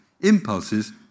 impulses